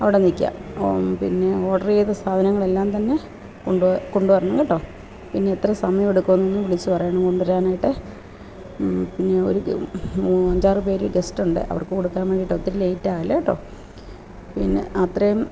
അവിടെ നില്ക്കാം പിന്നെ ഓഡറേയ്ത സാധനങ്ങൾ എല്ലാംതന്നെ കൊണ്ട് കൊണ്ടുവരണം കേട്ടോ പിന്നെ എത്ര സമയം എടുക്കുവെന്നും വിളിച്ച് പറയണം കൊണ്ടുവരാനായിട്ട് പിന്നെ ഒരു അഞ്ചാറു പേര് ഗസ്റ്റുണ്ട് അവർക്ക് കൊടുക്കാൻ വേണ്ടിയിട്ടാണ് ഒത്തിരി ലേറ്റ് ആവല്ലേട്ടോ പിന്നെ അത്രയും